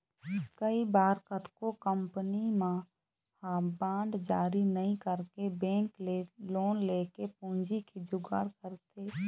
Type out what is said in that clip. कई बार कतको कंपनी मन ह बांड जारी नइ करके बेंक ले लोन लेके पूंजी के जुगाड़ करथे